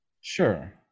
Sure